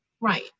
Right